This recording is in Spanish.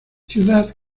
ciudad